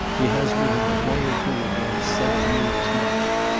he has within a day or two again said to me as much.